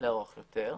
ארוך יותר.